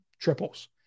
triples